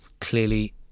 Clearly